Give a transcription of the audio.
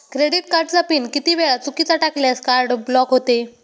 Credit कार्डचा pin किती वेळा चुकीचा टाकल्यास कार्ड ब्लॉक होते?